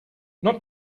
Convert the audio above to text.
not